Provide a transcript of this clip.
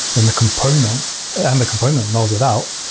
then the component and the component nulls it out,